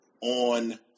on